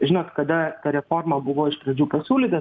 žinot kada ta reforma buvo iš pradžių pasiūlyta